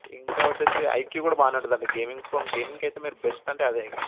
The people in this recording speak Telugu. ఇంకా వచ్చేసి ఐక్యూ కూడా బాగానే ఉంటుంది గేమింగ్ ఫ్రమ్ గేమింగ్కి అయితే మీరు బెస్ట్ అంటే అదే ఇక